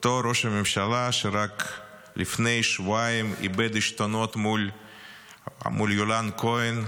אותו ראש ממשלה שרק לפני שבועיים איבד עשתונות מול יולן כהן,